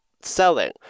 selling